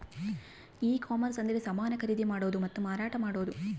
ಈ ಕಾಮರ್ಸ ಅಂದ್ರೆ ಸಮಾನ ಖರೀದಿ ಮಾಡೋದು ಮತ್ತ ಮಾರಾಟ ಮಾಡೋದು